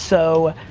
so.